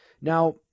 Now